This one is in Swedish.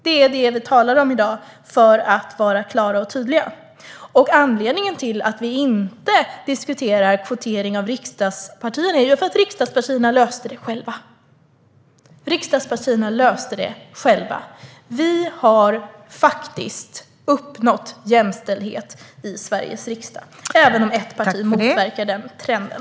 Det är detta vi talar om i dag. Låt oss vara tydliga med det. Anledningen till att vi inte diskuterar kvotering av riksdagspartierna är att partierna löste det själva. Vi har faktiskt uppnått jämställdhet i Sveriges riksdag, även om ett parti motverkar den trenden.